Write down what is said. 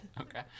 Okay